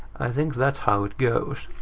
i think that's how it goes.